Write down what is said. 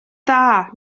dda